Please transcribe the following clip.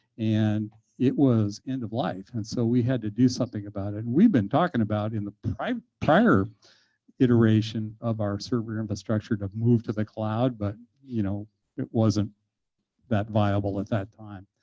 and it was end of life. and so we had to do something about it. and we've been talking about in the prior prior iteration of our server infrastructure to move to the cloud, but you know it wasn't that viable at that time.